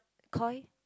Koi